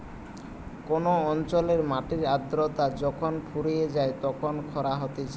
কোন অঞ্চলের মাটির আদ্রতা যখন ফুরিয়ে যায় তখন খরা হতিছে